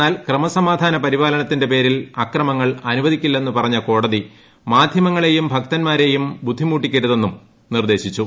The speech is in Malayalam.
എന്നാൽ ക്രമസമാധാന പരിപാലനത്തിന്റെ പേരിൽ അക്രമങ്ങൾ അനുവദിക്കില്ലെന്ന് പറഞ്ഞ കോടതി മാധൃമങ്ങളെയും ഭക്തന്മാരെയും ബുദ്ധിമുട്ടിക്കരുതെന്നും നിർദേശിച്ചു